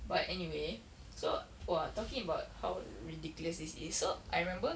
but anyway so !wah! talking about how ridiculous this is so I remember